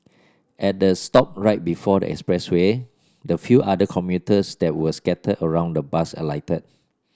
at the stop right before the expressway the few other commuters that were scattered around the bus alighted